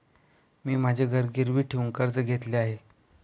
मी माझे घर गिरवी ठेवून कर्ज घेतले आहे